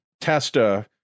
Testa